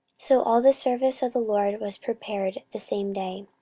so all the service of the lord was prepared the same day,